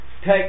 Take